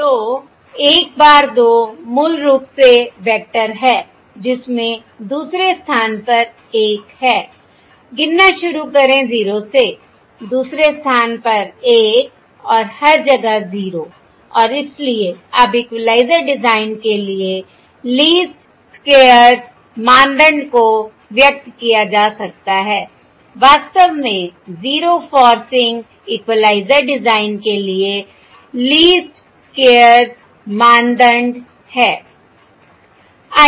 तो 1 bar 2 मूल रूप से वेक्टर है जिसमें दूसरे स्थान पर 1 है गिनना शुरू करें 0 से दूसरे स्थान पर 1और हर जगह 0 और इसलिए अब इक्वलाइज़र डिजाइन के लिए लीस्ट स्क्वेयर्स मानदंड को व्यक्त किया जा सकता है वास्तव में 0 फोर्सिंग इक्वलाइज़र डिजाइन के लिए लीस्ट स्क्वेयर्स मानदंड है